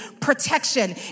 Protection